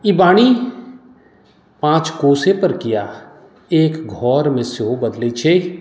ई वाणी पाँच कोसेपर किया एक घरमे सेहो बदलैत छै